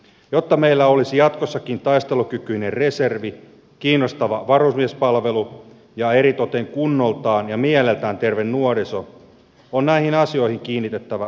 jotta meillä olisi jatkossakin taistelukykyinen reservi kiinnostava varusmiespalvelu ja eritoten kunnoltaan ja mieleltään terve nuoriso on näihin asioihin kiinnitettävä vakavaa huomiota